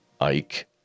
Ike